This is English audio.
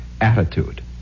attitude